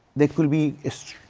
there could be, ah,